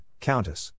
Countess